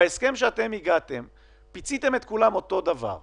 אתם בהסכם פיציתם את כולם אותו דבר,